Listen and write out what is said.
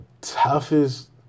toughest